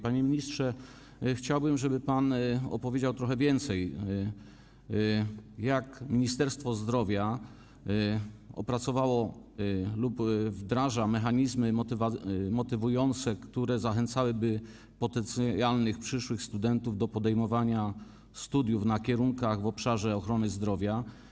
Panie ministrze, chciałbym, żeby pan opowiedział trochę więcej o tym, jak Ministerstwo Zdrowia opracowało lub wdraża mechanizmy motywacyjne, które zachęcałyby potencjalnych przyszłych studentów do podejmowania studiów na kierunkach w obszarze ochrony zdrowia.